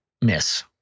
miss